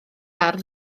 ardd